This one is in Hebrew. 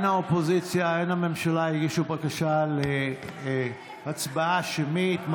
הן האופוזיציה הן הממשלה הגישו בקשה להצבעה שמית.